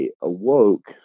awoke